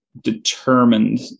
determined